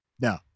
No